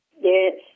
Yes